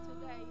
today